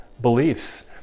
beliefs